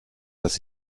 dass